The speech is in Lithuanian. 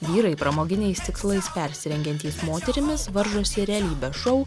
vyrai pramoginiais tikslais persirengiantys moterimis varžosi realybės šou